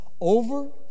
over